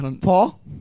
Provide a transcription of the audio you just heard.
Paul